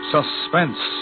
Suspense